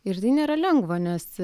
ir tai nėra lengva nes